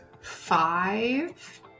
five